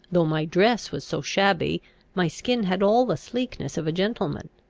though my dress was so shabby my skin had all the sleekness of a gentleman.